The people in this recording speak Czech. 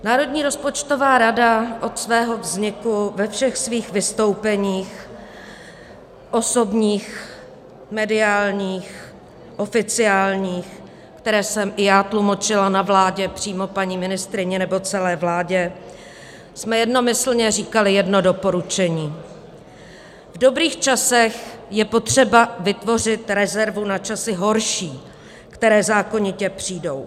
Národní rozpočtová rada od svého vzniku ve všech svých vystoupeních, osobních, mediálních, oficiálních, která jsem i já tlumočila na vládě přímo paní ministryni nebo celé vládě, jednomyslně jsme říkali jedno doporučení: v dobrých časech je potřeba vytvořit rezervu na časy horší, které zákonitě přijdou.